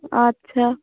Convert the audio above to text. আচ্ছা